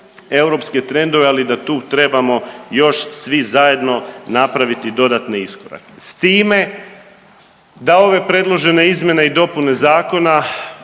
europske trendove, ali da tu trebamo još svi zajedno napraviti dodatne iskorake s time da ove predložene izmjene i dopune zakona